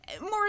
more